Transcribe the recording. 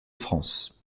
france